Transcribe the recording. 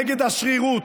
נגד השרירות,